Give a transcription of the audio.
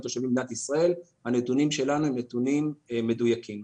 אבל הנתונים שלנו הם נתונים מדויקים.